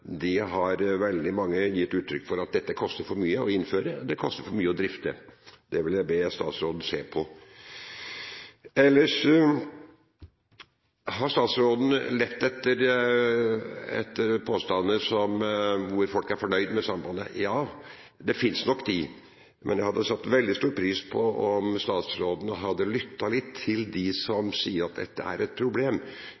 det koster for mye å drifte. Det vil jeg be statsråden se på. Ellers har statsråden lett etter påstander hvor folk er fornøyd med sambandet. Ja, de finnes nok, de, men jeg hadde satt veldig stor pris på om statsråden hadde lyttet litt til dem som